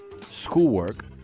schoolwork